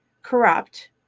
corrupt